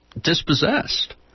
dispossessed